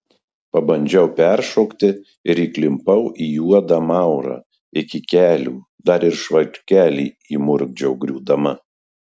pabandžiau peršokti ir įklimpau į juodą maurą iki kelių dar ir švarkelį įmurkdžiau griūdama